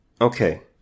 Okay